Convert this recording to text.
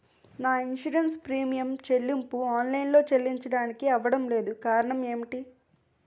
నా insurance premium చెల్లింపు online లో చెల్లించడానికి అవ్వడం లేదు కారణం ఏమిటి?